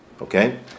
Okay